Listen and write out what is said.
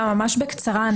בקצרה.